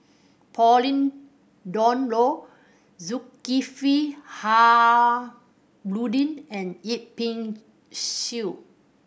Pauline Dawn Loh Zulkifli Harudin and Yip Pin Xiu